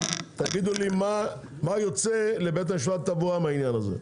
תגידו לי מה יוצא לבית המשפט לתעבורה מהעניין הזה.